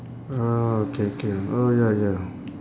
okay K orh ya ya